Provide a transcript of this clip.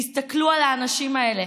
תסתכלו על האנשים האלה.